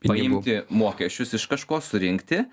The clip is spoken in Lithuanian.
paimti mokesčius iš kažko surinkti